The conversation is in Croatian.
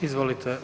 Izvolite.